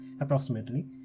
approximately